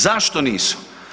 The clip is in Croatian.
Zašto nisu?